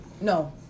No